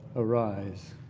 arise